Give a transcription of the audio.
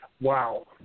Wow